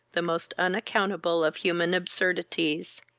the most unaccountable of human absurdities.